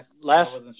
last